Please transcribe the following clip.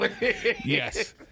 Yes